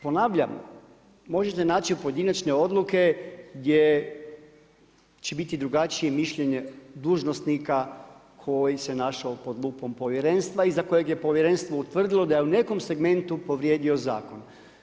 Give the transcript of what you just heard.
Ponavljam, možete naći pojedinačne odluke, gdje će biti drugačije mišljenje dužnosnika, koji se našao pod lupom povjerenstva i za koje je povjerenstvo utvrdilo da je u nekom segmentu povrijedio zakon.